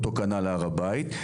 אותו כנ"ל להר הבית.